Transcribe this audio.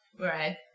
Right